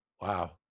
Wow